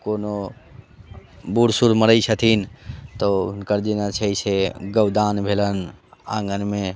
कोनो बूढ़ सूढ़ मरैत छथिन तऽ हुनकर जेना छै से गौदान भेलनि आङ्गनमे